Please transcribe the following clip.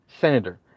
senator